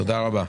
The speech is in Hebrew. תודה רבה.